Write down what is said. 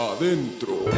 adentro